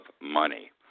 money